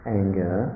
anger